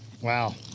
wow